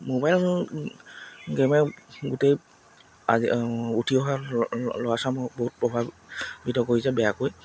mobile গে'মে গোটেই আজি উঠি অহা ল'ৰা ছোৱালী বহুত প্ৰভাৱিত কৰিছে বেয়াকৈ